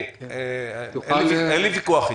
אין לי ויכוח איתך.